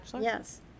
Yes